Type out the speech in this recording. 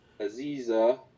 Aziza